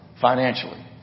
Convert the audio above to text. financially